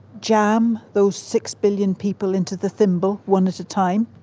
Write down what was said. jam those six billion people into the thimble one at a time,